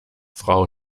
frau